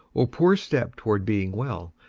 o poor step toward being well,